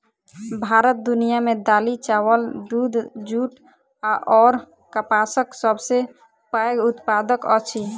भारत दुनिया मे दालि, चाबल, दूध, जूट अऔर कपासक सबसे पैघ उत्पादक अछि